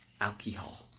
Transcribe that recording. Alcohol